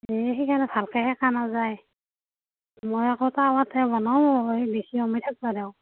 এই সেইকাৰণে ভালকে সেকা নাযায় মই আকৌ তাৱাতহে বনাওঁ এই বেছি সময় থাকবা দেওঁ